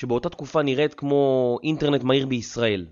שבאותה תקופה נראית כמו אינטרנט מהיר בישראל